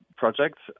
Projects